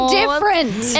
different